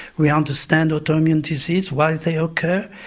we understand autoimmune disease, why they occur,